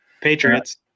Patriots